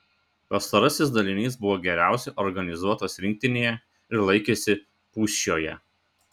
pastarasis dalinys buvo geriausiai organizuotas rinktinėje ir laikėsi pūščioje